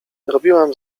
robiłam